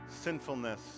sinfulness